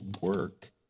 work